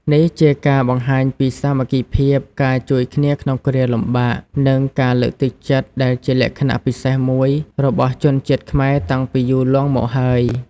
នេះជាការបង្ហាញពីសាមគ្គីភាព ការជួយគ្នាក្នុងគ្រាលំបាក និងការលើកទឹកចិត្តដែលជាលក្ខណៈពិសេសមួយរបស់ជនជាតិខ្មែរតាំងពីយូរលង់មកហើយ។